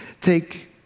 take